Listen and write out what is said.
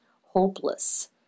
Hopeless